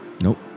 Nope